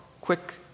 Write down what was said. quick